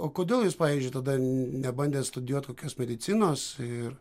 o kodėl jūs pavyzdžiui tada nebandėt studijuot kokios medicinos ir